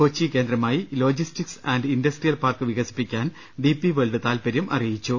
കൊച്ചി കേന്ദ്രമായി logistics and industrial park വിക സിപ്പിക്കാൻ ഡി പി വേൾഡ് താൽപര്യം അറിയിച്ചു